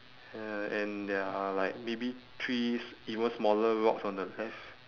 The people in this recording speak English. uh and there are like maybe trees even smaller rocks on the left